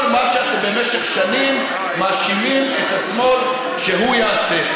מה שאתם במשך שנים מאשימים את השמאל שהוא יעשה.